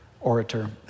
orator